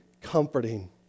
comforting